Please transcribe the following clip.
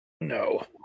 No